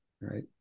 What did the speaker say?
right